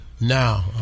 Now